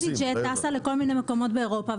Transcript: איזיג'ט טסה לכל מיני מקומות באירופה,